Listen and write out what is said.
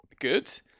good